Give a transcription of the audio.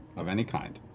of any kind.